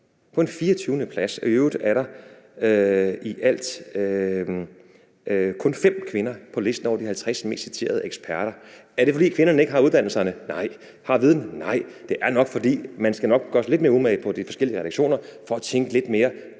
på en 24.-plads. I øvrigt er der i alt kun fem kvinder på listen over der 50 mest citerede eksperter. Er det, fordi kvinderne ikke har uddannelserne? Nej. Er det, fordi de ikke har viden? Nej. Det er nok, fordi man på de forskellige redaktioner skal gøre sig lidt mere